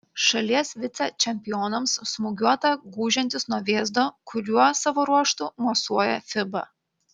šalies vicečempionams smūgiuota gūžiantis nuo vėzdo kuriuo savo ruožtu mosuoja fiba